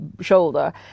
shoulder